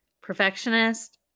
perfectionist